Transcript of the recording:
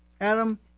Adam